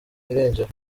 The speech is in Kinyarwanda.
irengero